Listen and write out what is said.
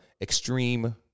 extreme